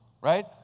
right